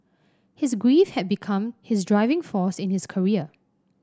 his grief had become his driving force in his career